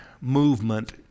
movement